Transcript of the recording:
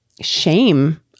shame